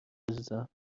عزیزم